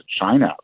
China